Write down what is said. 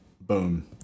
boom